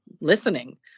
listening